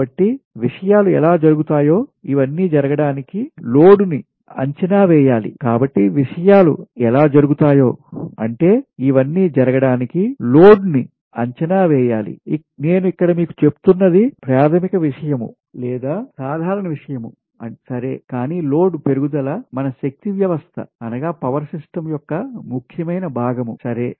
కాబట్టి విషయాలు ఎలా జరుగుతాయో ఇవన్నీ జరగడానికి లోడ్ ని అంచనా వేయాలి నేను ఇక్కడ మీకు చెప్తున్నది ప్రాథమిక విషయం లేదా సాధారణ విషయం సరే కాని లోడ్ పెరుగుదల మన శక్తి వ్యవస్థ యొక్క ముఖ్యమైన భాగం సరే